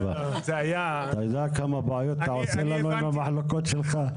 בין היתר על כמות הפסולת שהאזרחים מייצרים.